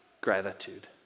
gratitude